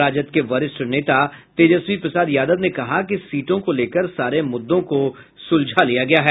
राजद के वरिष्ठ नेता तेजस्वी प्रसाद यादव ने कहा कि सीटों को लेकर सारे मूददों को सुलझा लिया गया है